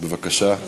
בבקשה.